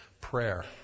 prayer